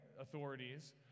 authorities